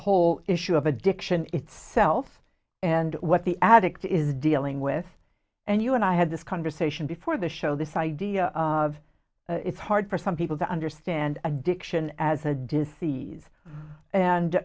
whole issue of addiction itself and what the addict is dealing with and you and i had this conversation before the show this idea of it's hard for some people to understand addiction as a disease